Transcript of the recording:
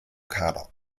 kader